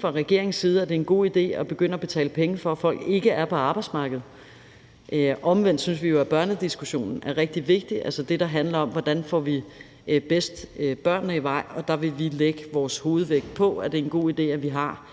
fra regeringens side ikke mener, at det er en god idé at begynde at betale penge for, at folk ikke er på arbejdsmarkedet. Omvendt synes vi jo, at børnediskussionen er rigtig vigtig, altså det, der handler om, hvordan vi bedst får børnene i vej, og der vil vi lægge vores hovedvægt på, at det er en god idé, at vi har